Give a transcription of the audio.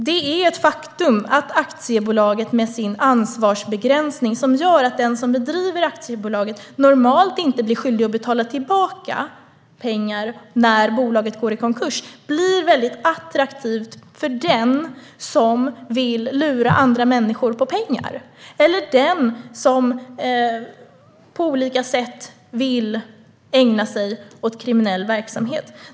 Det är ett faktum att aktiebolaget, med sin ansvarsbegränsning som gör att den som bedriver aktiebolaget normalt inte blir skyldig att betala tillbaka pengar när bolaget går i konkurs, blir väldigt attraktivt för den som vill lura andra människor på pengar eller den som på olika sätt vill ägna sig åt kriminell verksamhet.